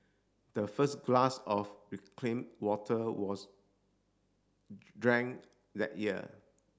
the first glass of reclaimed water was drank that year